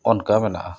ᱚᱱᱠᱟ ᱢᱮᱱᱟᱜᱼᱟ